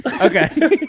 Okay